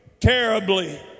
terribly